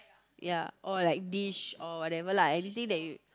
ya or like dish or whatever lah anything you